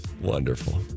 Wonderful